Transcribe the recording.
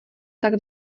tak